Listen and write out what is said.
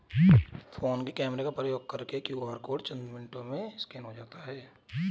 phone के camera का प्रयोग करके क्यू.आर कोड चंद मिनटों में स्कैन हो जाता है